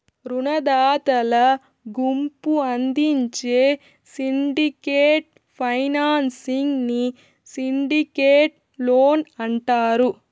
రునదాతల గుంపు అందించే సిండికేట్ ఫైనాన్సింగ్ ని సిండికేట్ లోన్ అంటారు